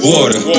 Water